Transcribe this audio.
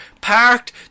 parked